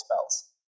spells